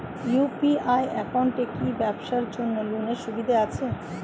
UPI একাউন্টে কি ব্যবসার জন্য লোনের সুবিধা আছে?